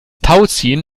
tauziehen